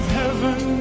heaven